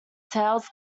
tails